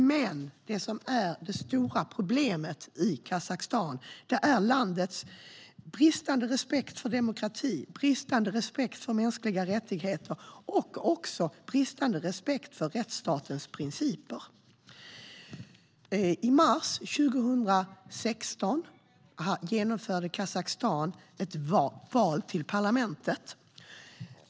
Men det stora problemet i Kazakstan är landets bristande respekt för demokrati, mänskliga rättigheter och rättsstatens principer. I mars 2016 genomförde Kazakstan ett val till parlamentet.